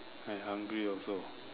I hungry also